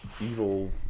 evil